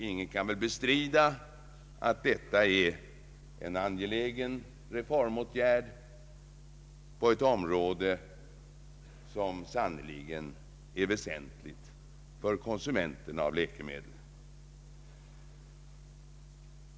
Ingen kan väl bestrida att detta är en angelägen reformåtgärd på ett område som sannerligen är väsentligt för konsumenterna av läkemedel.